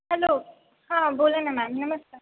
hello हां बोला ना मॅम नमस्कार